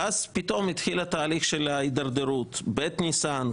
ואז פתאום התחיל התהליך של ההתדרדרות: ב' ניסן,